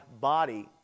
body